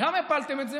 ולמה הפלתם את זה?